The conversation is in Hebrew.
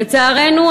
לצערנו,